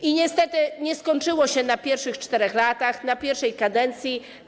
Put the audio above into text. I niestety nie skończyło się na pierwszych 4 latach, na pierwszej kadencji.